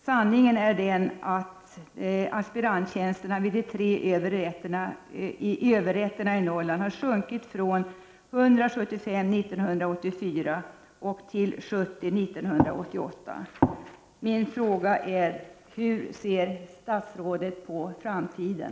Sanningen är den att antalet sökande till aspiranttjänster vid de tre överrätterna i Norrland har sjunkit från 175 år 1984 till 70 år 1988. Min fråga är följande: Hur ser statsrådet på framtiden?